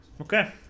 Okay